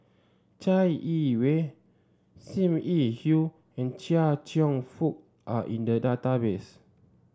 Chai Yee Wei Sim Yi Hui and Chia Cheong Fook are in the database